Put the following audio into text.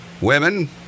Women